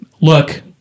look